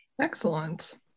Excellent